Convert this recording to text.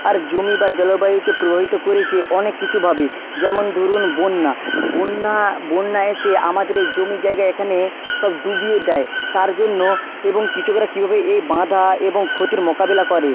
আর জমি বা জলবায়ুকে প্রভাবিত করেছে অনেক কিছুভাবে যেমন ধরুন বন্যা বন্যা বন্যায় সে আমাদের এই জমি জায়গা এখানে সব ডুবিয়ে দেয় তার জন্য এবং কৃষকরা কীভাবে এই বাঁধা এবং ক্ষতির মোকাবিলা করে